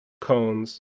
cones